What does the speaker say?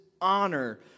honor